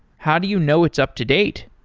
how do you know it's up-to-date,